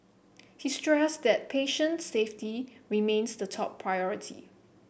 he stressed that patient safety remains the top priority